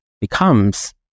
becomes